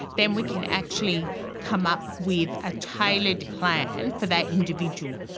then we can actually come up with a tailored plan for that individual.